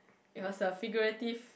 it was a figurative